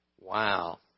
Wow